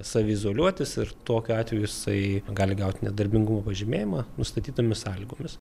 saviizoliuotis ir tokiu atveju jisai gali gaut nedarbingumo pažymėjimą nustatytomis sąlygomis